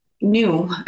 new